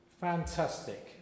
fantastic